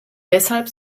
deshalb